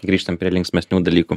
grįžtam prie linksmesnių dalykų